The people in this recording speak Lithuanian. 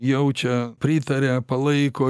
jaučia pritaria palaiko